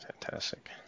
fantastic